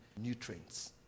nutrients